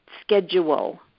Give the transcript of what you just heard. schedule